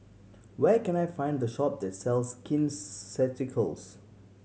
where can I find the shop that sells Skin Ceuticals